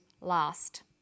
last